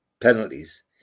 penalties